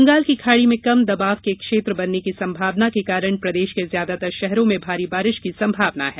बंगाल की खाड़ी में कम दबाव के क्षेत्र बनने की संभावना के कारण प्रदेश के ज्यादातर शहरों में भारी बारिश की संभावना है